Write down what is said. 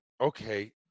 okay